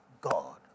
God